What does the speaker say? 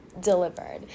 delivered